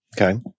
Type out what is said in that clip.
Okay